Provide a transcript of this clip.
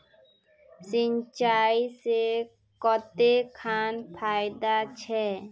सिंचाई से कते खान फायदा छै?